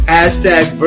Hashtag